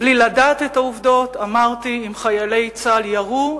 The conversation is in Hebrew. ובלי לדעת את העובדות אמרתי: אם חיילי צה"ל ירו,